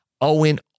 Owen